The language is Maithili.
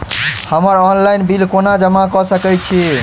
हम्मर ऑनलाइन बिल कोना जमा कऽ सकय छी?